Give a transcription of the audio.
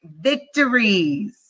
victories